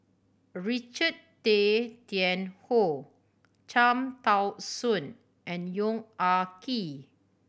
Richard Tay Tian Hoe Cham Tao Soon and Yong Ah Kee